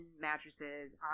mattresses